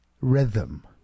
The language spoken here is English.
rhythm